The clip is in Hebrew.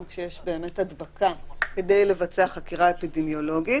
כשיש באמת הדבקה כדי לבצע חקירה אפידמיולוגית,